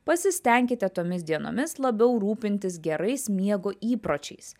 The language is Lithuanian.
pasistenkite tomis dienomis labiau rūpintis gerais miego įpročiais